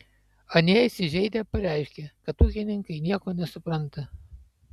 anie įsižeidę pareiškė kad ūkininkai nieko nesupranta